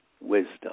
wisdom